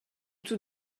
tout